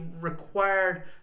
required